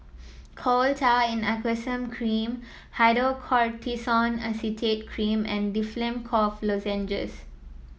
Coal Tar in Aqueous Cream Hydrocortisone Acetate Cream and Difflam Cough Lozenges